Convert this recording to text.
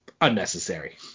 unnecessary